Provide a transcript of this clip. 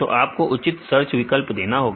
तो आपको उचित सर्च विकल्प देना होगा